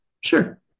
Sure